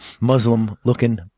Muslim-looking